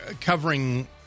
covering